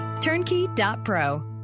turnkey.pro